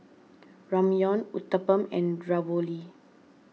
Ramyeon Uthapam and Ravioli